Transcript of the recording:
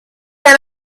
and